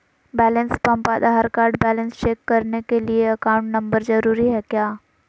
Balance pump Aadhaar card balance check करने के लिए अकाउंट नंबर जरूरी है क्या?